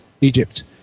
Egypt